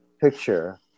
picture